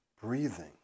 breathing